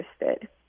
interested